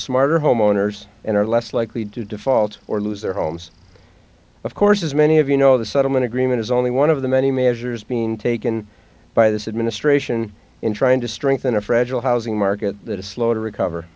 smarter homeowners and are less likely to default or lose their homes of course as many of you know the settlement agreement is only one of the many measures being taken by this administration in trying to strengthen a fragile housing market that is slow to recover